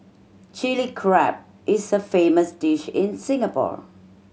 Chilli Crab is a famous dish in Singapore